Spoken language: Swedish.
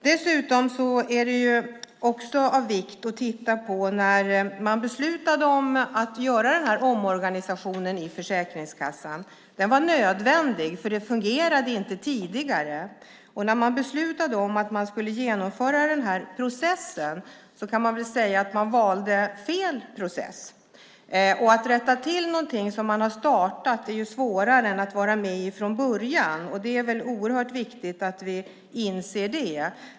Dessutom är det viktigt att titta på beslutet att göra en omorganisation av Försäkringskassan; den var nödvändig eftersom det inte fungerande tidigare. När man beslutade att genomföra processen kan man nog säga att man valde fel process. Att rätta till någonting som redan har startat är svårare än att vara med från början. Det är oerhört viktigt att vi inser det.